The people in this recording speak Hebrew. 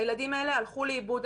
הילדים האלה הלכו לאיבוד.